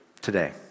today